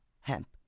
hemp